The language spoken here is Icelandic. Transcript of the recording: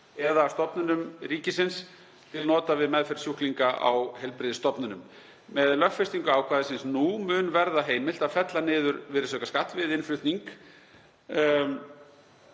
eða stofnunum þess til nota við meðferð sjúklinga á heilbrigðisstofnunum. Með lögfestingu ákvæðisins nú mun verða heimilt að fella niður virðisaukaskatt við innflutning